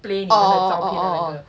oh oh oh oh